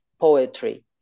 poetry